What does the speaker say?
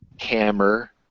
Hammer